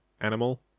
animal